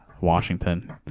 Washington